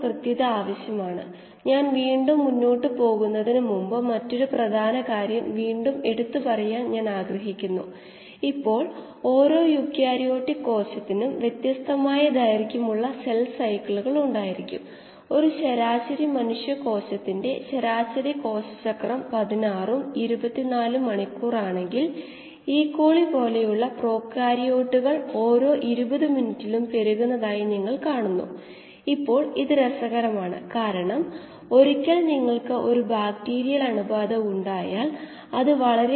ഇവയെല്ലാം വച്ച് ഒരു മാസ്സ് ബാലൻസ് ചെയ്യാംമാസ് ബാലൻസ് എന്നു പറഞ്ഞാൽ ഇൻപുട്ട് മൈനസ് ഔട്ട്പുട്ട് നിരക്കും ഉൽപാദന തോത് മൈനസ് ഉപഭോഗനിരക്ക് സമം മൊത്തം മാസ്സിൻറെ ശേഖരണം ആണ് ഇത് മൊത്ത മാസ്സിൽ ചെയ്യുന്നതിനാൽഒന്നും ഇവിടെ ഉണ്ടാകുന്നില്ലഉപഭോഗവും ഇല്ല മൊത്തം മാസ്സ് എല്ലായ്പ്പോഴും സംരക്ഷിക്കപ്പെടുന്നു അപ്പോൾ ഇൻപുട്ടും ഔട്പുട്ടും മാത്രം